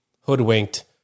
hoodwinked